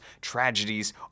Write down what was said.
tragedies